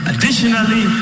Additionally